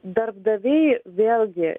darbdaviai vėlgi